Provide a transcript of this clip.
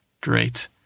great